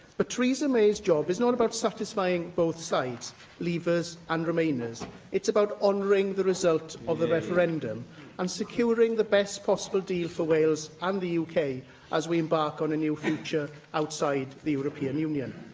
ah theresa may's job is not about satisfying both sides leavers and remainers it's about honouring the result of the referendum and securing the best possible deal for wales and the uk as we embark on a new future outside the european union.